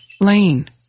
lane